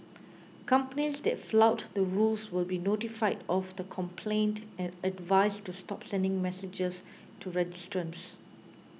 companies that flout the rules will be notified of the complaint and advised to stop sending messages to registrants